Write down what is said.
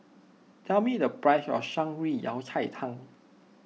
tell me the price of Shan Rui Yao Cai Tang